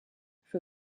für